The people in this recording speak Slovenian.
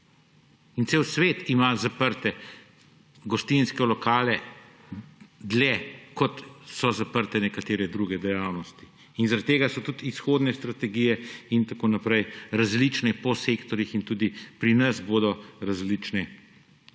in cel svet ima zaprte gostinske lokale dlje, kot so zaprte nekatere druge dejavnosti. Zaradi tega so tudi izhodne strategije in tako naprej različne po sektorjih in tudi pri nas bodo različne po